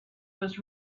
was